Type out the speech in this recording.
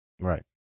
Right